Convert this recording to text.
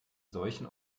solchen